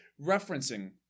referencing